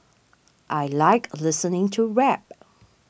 I like listening to rap